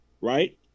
right